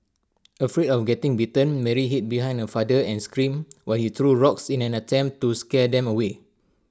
afraid of getting bitten Mary hid behind her father and screamed while he threw rocks in an attempt to scare them away